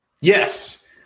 Yes